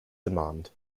demand